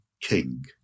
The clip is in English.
king